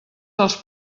dels